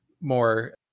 more